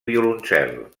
violoncel